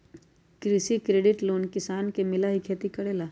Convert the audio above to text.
कृषि credit loan किसान के मिलहई खेती करेला?